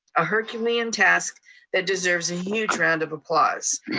a herculean task that deserves a huge round of applause.